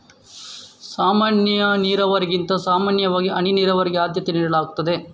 ಸಾಮಾನ್ಯ ನೀರಾವರಿಗಿಂತ ಸಾಮಾನ್ಯವಾಗಿ ಹನಿ ನೀರಾವರಿಗೆ ಆದ್ಯತೆ ನೀಡಲಾಗ್ತದೆ